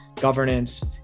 governance